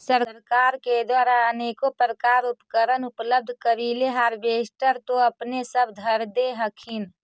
सरकार के द्वारा अनेको प्रकार उपकरण उपलब्ध करिले हारबेसटर तो अपने सब धरदे हखिन?